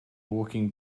walking